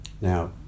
Now